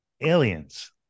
aliens